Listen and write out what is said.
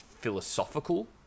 philosophical